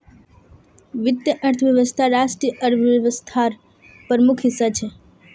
वीत्तिये अर्थवैवस्था राष्ट्रिय अर्थ्वैवास्थार प्रमुख हिस्सा छे